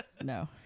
No